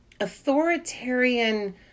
authoritarian